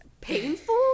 painful